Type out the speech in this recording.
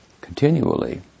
continually